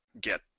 get